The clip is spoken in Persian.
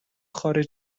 خارج